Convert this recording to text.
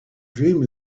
dream